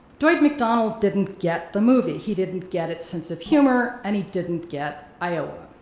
dwight mcdonald didn't get the movie, he didn't get it's sense of humor and he didn't get iowa.